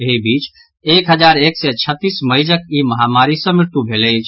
एहि बीच एक हजार एक सय छत्तीस मरीजक ई महामारी सँ मृत्यु भेल अछि